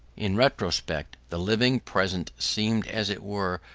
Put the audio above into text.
in retrospect the living present seemed, as it were,